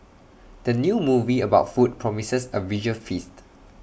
the new movie about food promises A visual feast